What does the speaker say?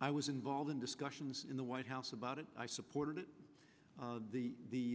i was involved in discussions in the white house about it i supported it the the